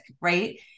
right